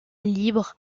libre